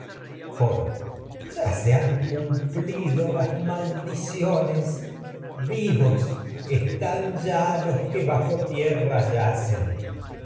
coro ya están han cumplido las maldiciones vivos san ya los que bajo tierra yacen